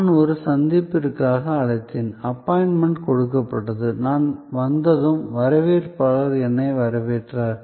நான் ஒரு சந்திப்பிற்காக அழைத்தேன் அப்பாயின்மெண்ட் கொடுக்கப்பட்டது நான் வந்ததும் வரவேற்பாளர் என்னை வரவேற்றார்